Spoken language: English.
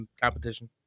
competition